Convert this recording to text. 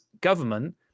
government